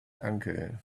uncle